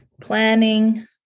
planning